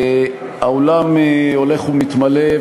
האולם הולך ומתמלא,